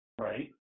Right